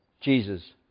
Jesus